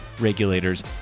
regulators